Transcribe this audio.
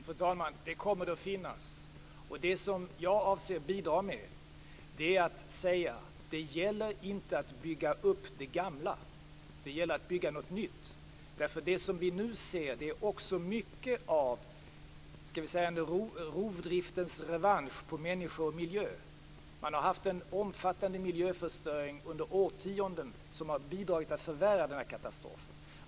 Fru talman! Det kommer det att finnas. Det som jag avser att bidra med är att säga att det inte gäller att bygga upp det gamla utan att det gäller att bygga något nytt. Det som vi nu ser är nämligen också mycket av en rovdriftens revansch på människor och miljö. Man har haft en omfattande miljöförstöring under årtionden som har bidragit till att förvärra denna katastrof.